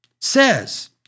says